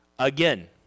again